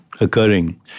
occurring